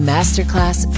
Masterclass